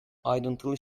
ayrıntılı